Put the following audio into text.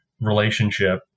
relationship